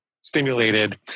stimulated